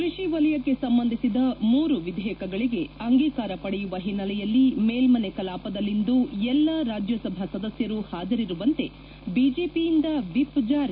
ಕೃಷಿ ವಲಯಕ್ಷೆ ಸಂಬಂಧಿಸಿದ ಮೂರು ವಿಧೇಯಕಗಳಿಗೆ ಮಂಡಿಸಿ ಅಂಗೀಕಾರ ಪಡೆಯುವ ಹಿನ್ನೆಲೆಯಲ್ಲಿ ಮೇಲ್ನನೆ ಕಲಾಪದಲ್ಲಿಂದು ಎಲ್ಲಾ ರಾಜ್ಗಸಭಾ ಸದಸ್ಗರು ಪಾಜರಿರುವಂತೆ ಬಿಜೆಪಿಯಿಂದ ವಿಪ್ ಜಾರಿ